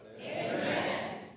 Amen